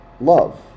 love